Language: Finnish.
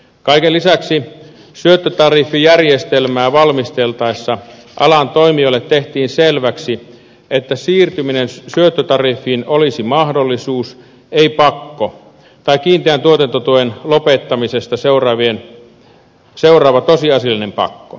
kaiken lisäksi syöttötariffijärjestelmää valmisteltaessa alan toimijoille tehtiin selväksi että siirtyminen syöttötariffiin olisi mahdollisuus ei kiinteän tuotantotuen lopettamisesta seuraava tosiasiallinen pakko